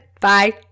Bye